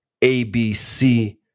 ABC